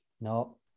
No